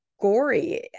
Gory